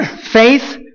faith